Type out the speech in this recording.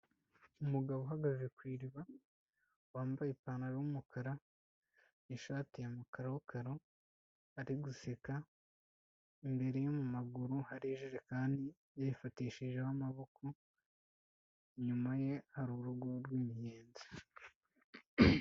Umugabo uhagaze ku iriba, wambaye ipantaro y'umukara, n'ishati yakarakaro, ari guseka imbereye mumaguru hari ijerekani kandi yifatishijeho amaboko, inyuma ye hari urugo rw'imiyenzi